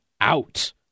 out